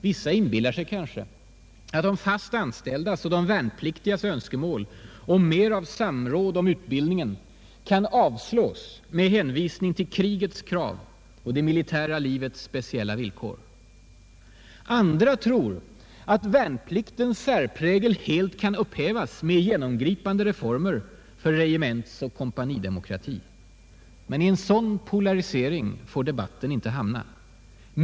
Vissa inbillar sig kanske att de fast anställdas eller värnpliktigas önskemål om mer av samråd om utbildningen kan avslås med hänvisning till krigets krav och det militära livets speciella villkor. Andra tror att värnpliktens särprägel helt kan upphävas med genomgripande reformer för regementsoch kompanidemokrati. Men i en sådan polarisering får debatten inte hamna.